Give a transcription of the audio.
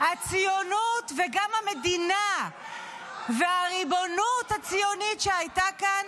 הציונות וגם המדינה והריבונות הציונית שהייתה כאן,